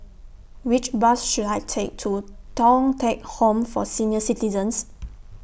Which Bus should I Take to Thong Teck Home For Senior Citizens